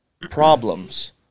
problems